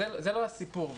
זה לא הסיפור.